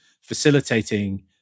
facilitating